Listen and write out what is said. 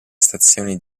stazioni